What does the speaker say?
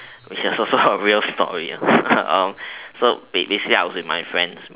which is also a real story ya so basically ya I was with my friend